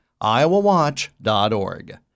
iowawatch.org